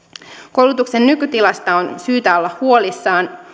koulutuksen nykytilasta on syytä olla huolissaan